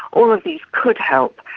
all of these could help,